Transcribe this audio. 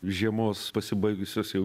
žiemos pasibaigusios jau